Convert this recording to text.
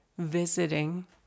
Visiting